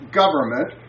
government